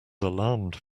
alarmed